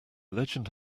legend